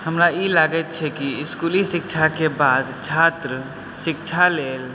हमरा ई लागै छै कि स्कूली शिक्षाके बाद छात्र शिक्षा लेल